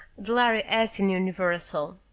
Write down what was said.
the lhari asked in universal.